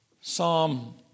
Psalm